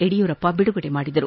ಯಡಿಯೂರಪ್ಪ ಬಿಡುಗಡೆ ಮಾಡಿದರು